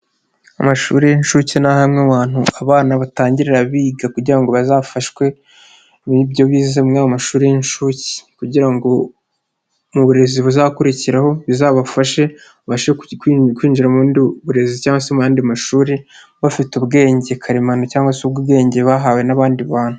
Amashuri y'inshuke ni hamwe abantu abana batangirira biga kugira ngo bazafashwe n'ibyo bize muri ayo mashuri y'inshuke kugira ngo mu burezi buzakurikiraho bizabafashe kwinjira mu bundi burezi cyangwa se mu yandi mashuri bafite ubwenge karemano cyangwa se ubwenge bahawe n'abandi bantu.